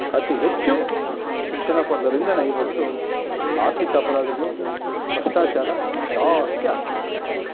ಅತಿ ಹೆಚ್ಚು ಶಿಕ್ಷಣ ಪಡೆದವ್ರಿಂದನೇ ಇವತ್ತು ಆರ್ಥಿಕ ಅಪರಾಧಗಳು ಭ್ರಷ್ಟಾಚಾರ ಜಾಸ್ತಿ ಆಗ್ತಾ ಇದೆ